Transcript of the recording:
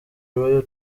royal